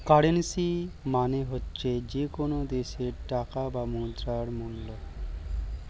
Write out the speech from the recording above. currency মানে হচ্ছে যে কোনো দেশের টাকার বা মুদ্রার মূল্য